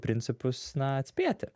principus na atspėti